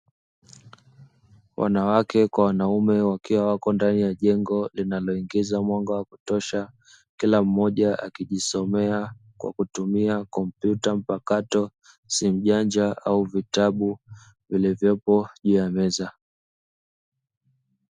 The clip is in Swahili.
Wanawake kwa wanaume wakiwa wapo ndani ya jengo linaloingiza mwanga wa kutosha; kila mmoja akijisomea kwa kutumia kompyuta mpakato, simu janja au kitabu vilivyopo juu ya meza.